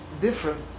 different